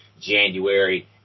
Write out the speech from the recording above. January